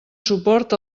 suport